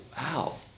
wow